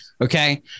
okay